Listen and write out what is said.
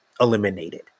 eliminated